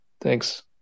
Thanks